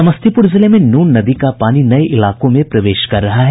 समस्तीपुर जिले में नून नदी का पानी नये इलाकों में प्रवेश कर रहा है